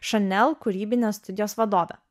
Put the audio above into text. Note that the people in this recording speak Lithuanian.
chanel kūrybinės studijos vadove